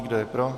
Kdo je pro?